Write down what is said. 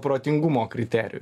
protingumo kriterijų